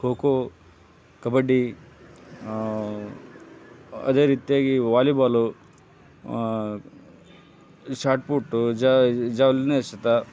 cocoa kabaddi ಅದೇ ರೀತಿಯಾಗಿ volleyball shot put javelin ಎಸೆತ